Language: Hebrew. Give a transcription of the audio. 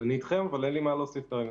מה להוסיף כרגע.